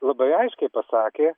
labai aiškiai pasakė